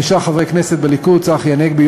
חמישה חברי כנסת מהליכוד: צחי הנגבי,